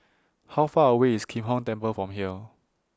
How Far away IS Kim Hong Temple from here